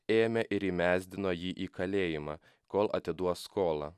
ėmė ir įmesdino jį į kalėjimą kol atiduos skolą